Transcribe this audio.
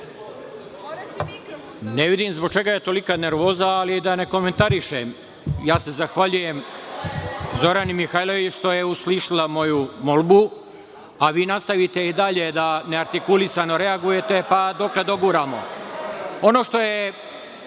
Ne vidim zbog čega je tolika nervoza, ali da ne komentarišem. Ja se zahvaljujem Zorani Mihajlović što je uslišila moju molbu, a vi nastavite i dalje da neartikulisano reagujete pa dokle doguramo. Ono